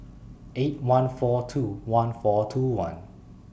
eight one four two one four two one